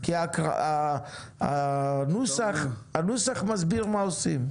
כי הנוסח מסביר מה עושים.